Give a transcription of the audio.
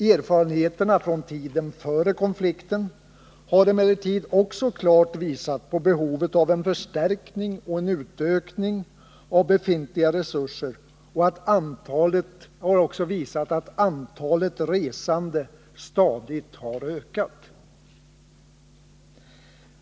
Erfarenheterna från tiden före konflikten har emellertid också klart visat på behovet av en förstärkning och utökning av befintliga resurser, och det har visat att antalet resande stadigt har ökat.